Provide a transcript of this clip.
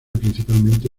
principalmente